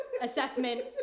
assessment